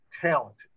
talented